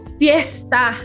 fiesta